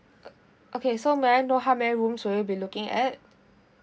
okay so may I know how many rooms will you be looking at